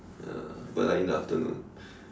ya but like in the afternoon